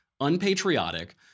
unpatriotic